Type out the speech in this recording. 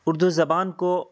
اردو زبان کو